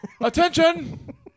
attention